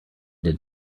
did